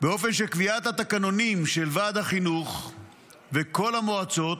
באופן שקביעת התקנונים של ועד החינוך וכל המועצות